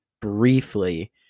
briefly